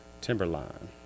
Timberline